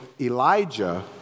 Elijah